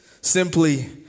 simply